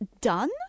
done